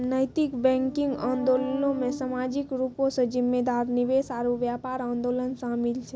नैतिक बैंकिंग आंदोलनो मे समाजिक रूपो से जिम्मेदार निवेश आरु व्यापार आंदोलन शामिल छै